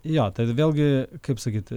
jo tad vėlgi kaip sakyt